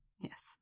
Yes